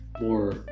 more